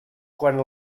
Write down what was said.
quant